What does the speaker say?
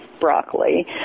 broccoli